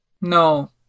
No